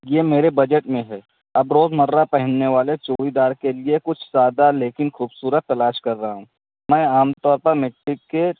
یہ میرے بجٹ میں ہے اب روزمرہ پہننے والے چوڑی دار کے لیے کچھ سادہ لیکن خوبصورت تلاش کر رہا ہوں میں عام طور پر مٹی کے